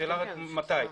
השאלה רק מתי.